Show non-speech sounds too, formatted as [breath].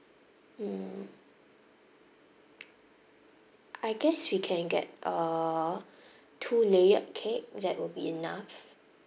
mm I guess we can get a [breath] two layer cake that would be enough